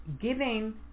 giving